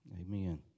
Amen